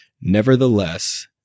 Nevertheless